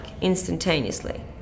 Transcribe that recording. instantaneously